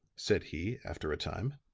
said he, after a time.